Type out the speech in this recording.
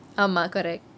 ஆமா:aamaa correct